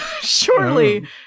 Surely